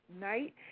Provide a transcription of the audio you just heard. night